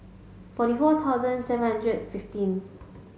forty four thousand seven hundred fifteen